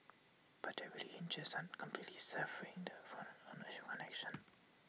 but that really hinges on completely severing the foreign ownership connection